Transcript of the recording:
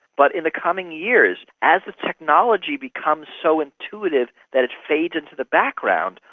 but in the coming years as the technology becomes so intuitive that it fades into the background,